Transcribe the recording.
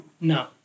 No